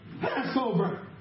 Passover